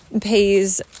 pays